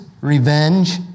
revenge